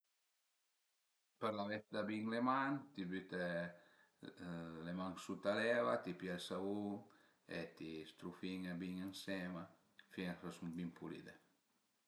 Për lavese da bin le man, t'i büte le man suta l'eva, t'i pìe ël savun e t'i strufin-e bin ënsema fin ch'a sun bin pulide